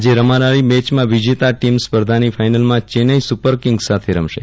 આવતીકાલે રમાનારી મેચમાં વિજેતા ટીમ સ્પર્ધાની ફાઇનલમાં ચેન્નઇ સુપરકિંગ્સ સાથે રમશે